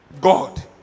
God